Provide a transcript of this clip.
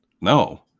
No